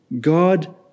God